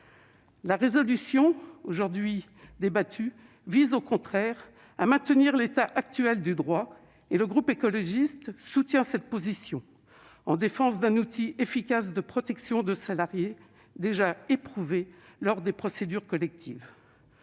de résolution vise, au contraire, à maintenir l'état actuel du droit. Le groupe écologiste soutient cette position, soucieux de défendre un outil efficace de protection de salariés déjà éprouvés lors des procédures collectives.